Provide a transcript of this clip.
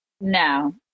No